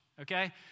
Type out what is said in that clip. okay